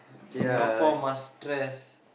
Singapore must stress